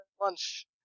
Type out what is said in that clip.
lunch